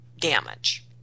damage